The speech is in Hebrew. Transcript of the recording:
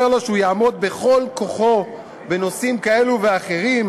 לו שהוא יעמוד בכל כוחו על נושאים כאלה ואחרים,